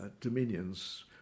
dominions